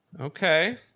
Okay